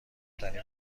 ترین